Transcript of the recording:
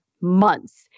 months